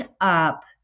up